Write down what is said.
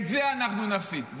את זה אנחנו נפסיק.